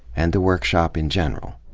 and the workshop in general.